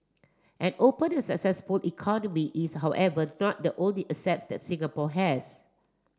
an open and successful economy is however not the only assets that Singapore has